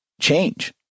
change